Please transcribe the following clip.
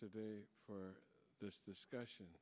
today for this discussion